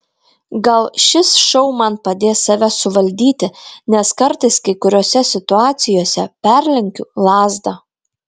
gal šis šou man padės save suvaldyti nes kartais kai kuriose situacijose perlenkiu lazdą